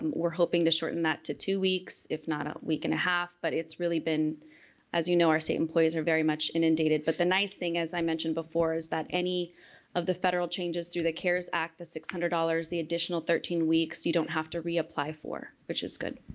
we're hoping to shorten that to two weeks if not a week and a half, but it's really been as you know our state employees are very much inundated but the nice thing as i mentioned before is that any of the federal changes through the cares act, the six hundred dollars, the additional thirteen weeks you don't have to reapply for which is good.